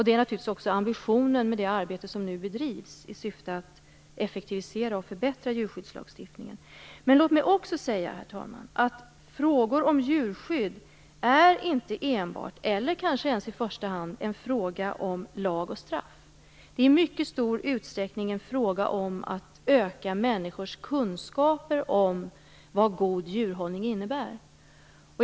Det är naturligtvis också ambitionen med det arbete som nu bedrivs i syfte att effektivisera och förbättra djurskyddslagstiftningen. Men låt mig också säga, herr talman, att frågor om djurskydd inte enbart eller kanske inte ens i första hand gäller lag och straff. Det är i mycket stor utsträckning en fråga om att öka människors kunskaper om vad god djurhållning innebär.